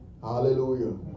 Hallelujah